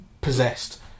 possessed